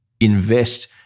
invest